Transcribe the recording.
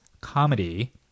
comedy